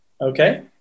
Okay